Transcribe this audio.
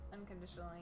unconditionally